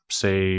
say